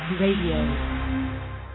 Radio